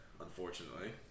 unfortunately